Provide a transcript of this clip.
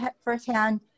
firsthand